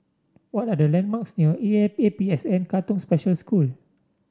what are the landmarks near E A A P S N Katong Special School